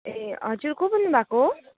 ए हजुर को बोल्नुभएको हो